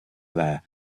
there